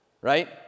Right